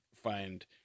Find